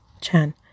Chan